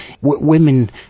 women